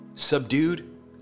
Subdued